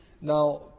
Now